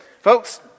Folks